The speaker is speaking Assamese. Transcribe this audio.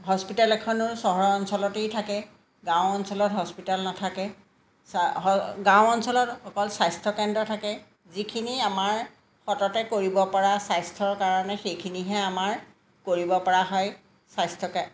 হস্পিটেল এখনো চহৰ অঞ্চলতেই থাকে গাঁও অঞ্চলত হস্পিটেল নাথাকে গাঁও অঞ্চলত অকল স্বাস্থ্যকেন্দ্ৰ থাকে যিখিনি আমাৰ সততে কৰিব পৰা স্বাস্থ্যৰ কাৰণে সেইখিনিহে আমাৰ কৰিব পৰা হয় স্বাস্থ্যকে